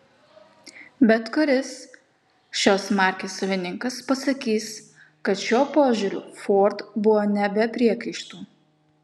bet kuris šios markės savininkas pasakys kad šiuo požiūriu ford buvo ne be priekaištų